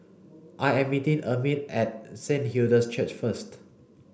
I am meeting Ermine at Saint Hilda's Church first